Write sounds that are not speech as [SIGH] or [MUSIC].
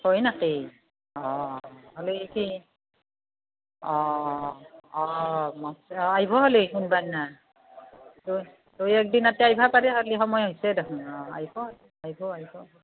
হয় নেকি অ হ'লে কি অ অ অ [UNINTELLIGIBLE] আহিব হলি কোনবাদিনা [UNINTELLIGIBLE] সময় হৈছে দেখোন অ আহিব আহিব আহিব